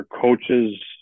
coaches